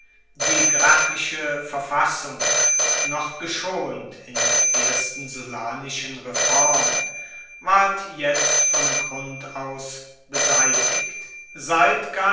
die gracchische verfassung noch geschont in der ersten sullanischen reform ward jetzt von grund aus beseitigt seit